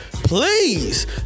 Please